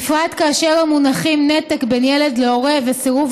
בפרט כאשר המונחים "נתק בין ילד להורה" ו"סירוב